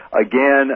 Again